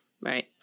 Right